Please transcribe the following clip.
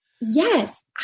Yes